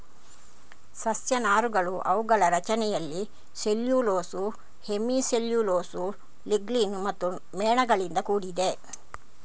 ಸಸ್ಯ ನಾರುಗಳು ಅವುಗಳ ರಚನೆಯಲ್ಲಿ ಸೆಲ್ಯುಲೋಸ್, ಹೆಮಿ ಸೆಲ್ಯುಲೋಸ್, ಲಿಗ್ನಿನ್ ಮತ್ತು ಮೇಣಗಳಿಂದ ಕೂಡಿದೆ